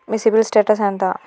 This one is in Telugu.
మీ సిబిల్ స్టేటస్ ఎంత?